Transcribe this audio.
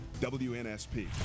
WNSP